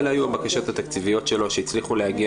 אלה היו הבקשות התקציביות שלו שהצליחו להגיע